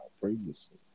previously